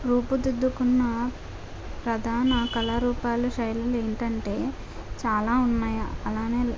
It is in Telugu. రూపుదిద్దుకున్న ప్రధాన కళారూపాలు శైలులు ఏంటంటే చాలా ఉన్నాయి అలానే